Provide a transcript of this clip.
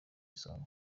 isonga